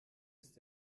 ist